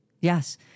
Yes